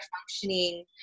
functioning